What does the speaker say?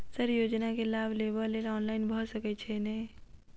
Sir योजना केँ लाभ लेबऽ लेल ऑनलाइन भऽ सकै छै नै?